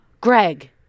Greg